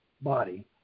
body